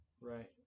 right